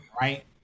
right